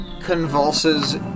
convulses